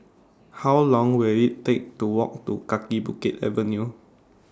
How Long Will IT Take to Walk to Kaki Bukit Avenue